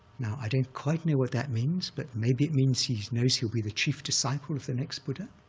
now, i don't quite know what that means, but maybe it means he knows he'll be the chief disciple of the next buddha,